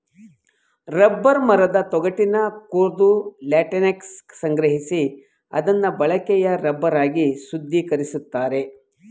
rubber ಮರದ ತೊಗಟೆನ ಕೊರ್ದು ಲ್ಯಾಟೆಕ್ಸನ ಸಂಗ್ರಹಿಸಿ ಅದ್ನ ಬಳಕೆಯ ರಬ್ಬರ್ ಆಗಿ ಶುದ್ಧೀಕರಿಸ್ತಾರೆ